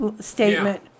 statement